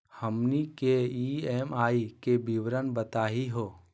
हमनी के ई.एम.आई के विवरण बताही हो?